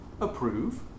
approve